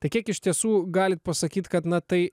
tai kiek iš tiesų galit pasakyt kad na tai